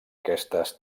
aquestes